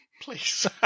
Please